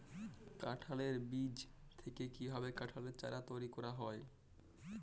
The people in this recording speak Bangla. কাঁঠালের বীজ থেকে কীভাবে কাঁঠালের চারা তৈরি করা হয়?